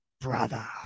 brother